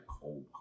cold